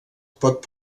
pot